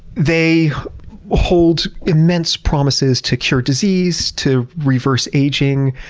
they hold immense promises to cure disease, to reverse aging,